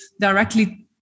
directly